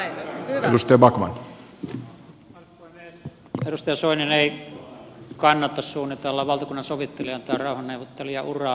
edustaja soinin ei kannattaisi suunnitella valtakunnansovittelijan tai rauhanneuvottelijan uraa